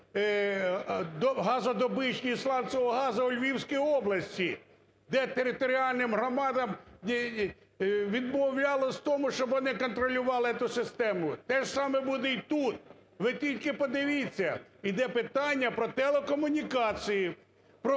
газодобичу… сланцевого газу у Львівській області, де територіальним громадам відмовлялось в тому, щоб вони контролювали ту систему. Те ж саме буде і тут. Ви тільки подивіться, йде питання про телекомунікації, про